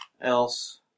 else